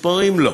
מספרים לא,